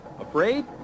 Afraid